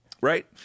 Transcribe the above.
Right